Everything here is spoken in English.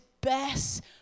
best